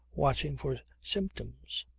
watching for symptoms.